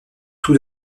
tout